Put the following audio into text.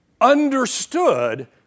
understood